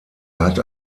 hat